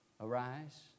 Arise